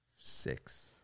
six